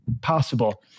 possible